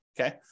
Okay